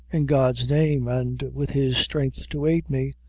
in god's name, and with his strength to aid me,